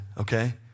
okay